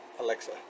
Alexa